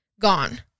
gone